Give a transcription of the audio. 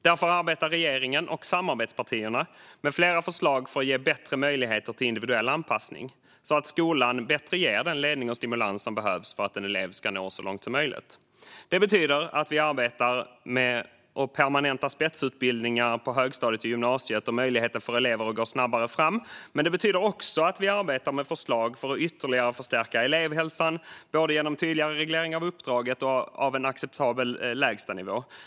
Därför arbetar regeringen och samarbetspartierna med flera förslag för att ge bättre möjligheter till individuell anpassning så att skolan bättre ger den ledning och stimulans som behövs för att en elev ska nå så långt som möjligt. Det betyder både att vi arbetar med att permanenta spetsutbildningar på högstadiet och gymnasiet och möjligheten för elever att gå snabbare fram. Men det betyder också att vi arbetar med förslag för att ytterligare stärka elevhälsan både genom tydligare reglering av uppdraget och av en acceptabel lägstanivå.